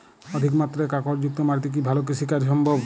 অধিকমাত্রায় কাঁকরযুক্ত মাটিতে কি ভালো কৃষিকাজ সম্ভব?